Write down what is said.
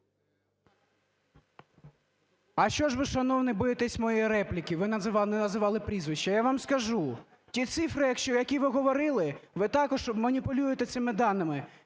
А що ж ви, шановні, боїтесь моєї репліки, ви не називали прізвища. Я вам скажу, ті цифри, які ви говорили, ви також маніпулюєте цими даними.